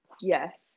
Yes